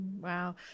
Wow